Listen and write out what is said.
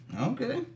Okay